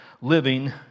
living